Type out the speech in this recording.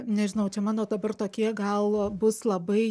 nežinau čia mano dabar tokie gal bus labai